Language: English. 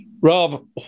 Rob